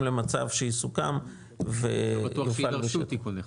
למצב שיסוכם ו -- לא בטוח שיידרשו תיקוני חקיקה,